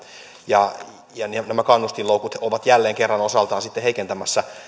ja ja nämä kannustinloukut ovat jälleen kerran osaltaan sitten heikentämässä